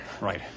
Right